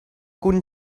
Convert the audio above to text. kun